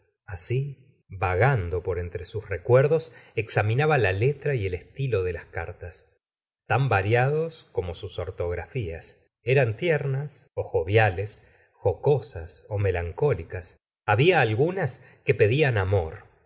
asi vagando por entre sus recuerdos examinaba la letra y el estilo de las cartas tan variados como sus ortografías eran tiernas ó joviales jocosas ó melancólicas había algunas que pedían amor